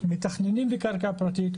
מתכננים בקרקע פרטית,